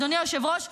אדוני היושב-ראש,